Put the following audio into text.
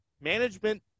management –